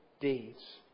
deeds